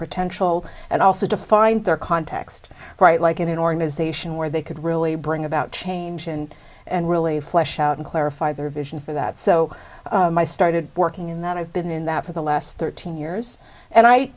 potential and also to find their context right like in an organization where they could really bring about change and and really flesh out and clarify their vision for that so i started working in that i've been in that for the last thirteen years and i